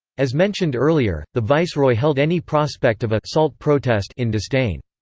as mentioned earlier, the viceroy held any prospect of a salt protest in disdain.